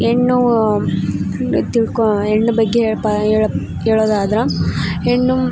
ಹೆಣ್ಣು ತಿಳ್ಕೋ ಹೆಣ್ ಬಗ್ಗೆ ಹೇಳ್ಪಾ ಹೇಳ್ ಹೇಳ್ಳೋದಾದ್ರ ಹೆಣ್ಣು